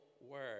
word